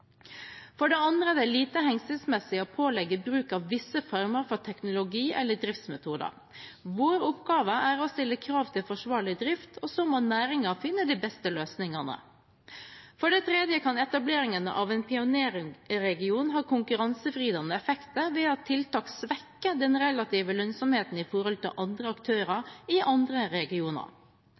For det andre er det lite hensiktsmessig å pålegge bruk av visse former for teknologi eller driftsmetoder. Vår oppgave er å stille krav til forsvarlig drift, og så må næringen finne de beste løsningene. For det tredje kan etableringen av en pionerregion ha konkurransevridende effekter ved at tiltak svekker den relative lønnsomheten i forhold til andre aktører i andre regioner.